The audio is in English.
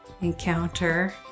encounter